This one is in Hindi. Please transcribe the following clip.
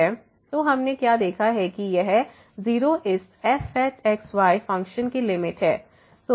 तो हमने क्या देखा है कि यह 0 इस fx y फ़ंक्शन की लिमिट है